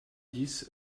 dix